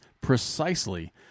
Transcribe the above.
precisely